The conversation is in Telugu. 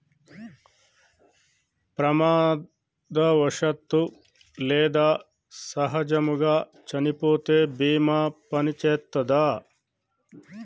ప్రమాదవశాత్తు లేదా సహజముగా చనిపోతే బీమా పనిచేత్తదా?